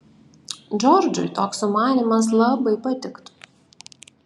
džordžui toks sumanymas labai patiktų